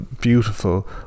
beautiful